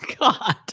God